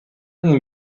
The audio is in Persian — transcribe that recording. این